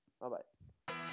Bye-bye